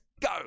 Go